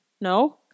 no